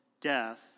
death